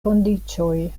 kondiĉoj